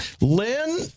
Lynn